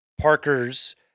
Parker's